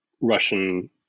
Russian